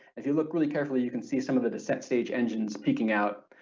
if you look really carefully you can see some of the descent stage engines peeking out,